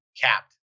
capped